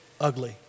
ugly